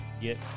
get